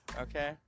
Okay